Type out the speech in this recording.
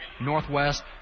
Northwest